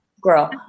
girl